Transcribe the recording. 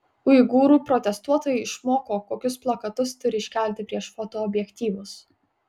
uigūrų protestuotojai išmoko kokius plakatus turi iškelti prieš fotoobjektyvus